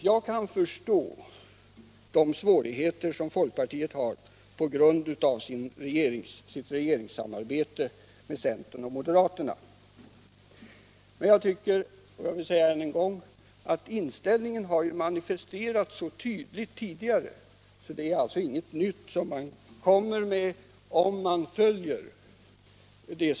Jag kan förstå folkpartiets svårigheter genom dess regeringssamarbete med centern och moderaterna. Men jag vill än en gång säga att vår inställning har manifesterats tydligt tidigare och att vårt förslag egentligen inte innebär något nytt.